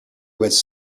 was